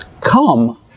come